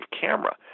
camera